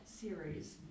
series